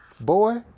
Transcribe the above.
boy